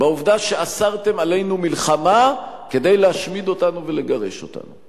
בעובדה שאסרתם עלינו מלחמה כדי להשמיד אותנו ולגרש אותנו.